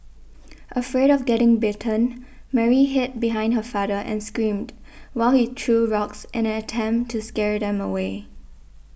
afraid of getting bitten Mary hid behind her father and screamed while he threw rocks in an attempt to scared them away